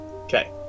Okay